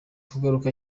kugaruka